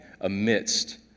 amidst